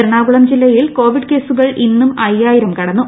എറണാകുളം ജില്ലയിൽ കോവിഡ് കേസുകൾ ഇന്നും അയ്യായിരം കടന്നു